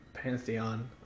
pantheon